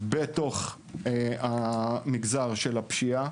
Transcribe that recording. בתוך המגזר של הפשיעה.